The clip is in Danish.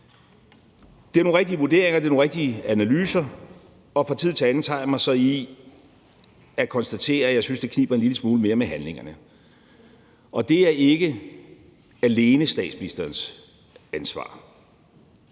Det er nogle rigtige vurderinger, og det er nogle rigtige analyser – og fra tid til anden tager jeg mig så i at konstatere, at jeg synes, det kniber en lille smule mere med handlingerne. Og det er ikke alene statsministerens ansvar.